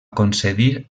concedir